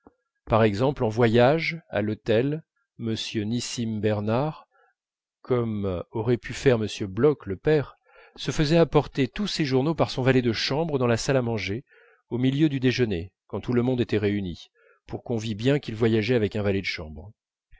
par exemple en voyage à l'hôtel m nissim bernard comme aurait pu faire m bloch le père se faisait apporter tous ses journaux par son valet de chambre dans la salle à manger au milieu du déjeuner quand tout le monde était réuni pour qu'on vît bien qu'il voyageait avec un valet de chambre